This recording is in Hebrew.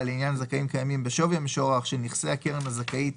לעניין זכאים קיימים בשווי המשוערך של נכסי הקרן הזכאית